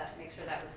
make sure that